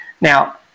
Now